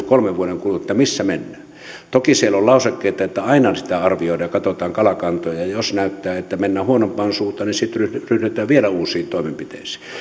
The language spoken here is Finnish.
kolmen vuoden kuluttua missä mennään toki siellä on lausekkeet että aina sitä arvioidaan ja katsotaan kalakantoja ja ja jos näyttää että mennään huonompaan suuntaan niin sitten ryhdytään vielä uusiin toimenpiteisiin